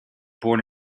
born